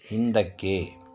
ಹಿಂದಕ್ಕೆ